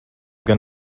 gan